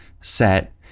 set